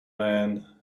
man